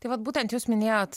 tai vat būtent jūs minėjot